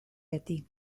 beti